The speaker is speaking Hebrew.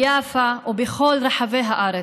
ביפו או בכל רחבי הארץ,